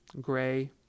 gray